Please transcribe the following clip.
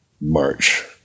March